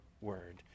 word